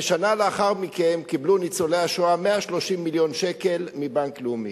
ושנה לאחר מכן קיבלו ניצולי השואה 130 מיליון שקל מבנק לאומי.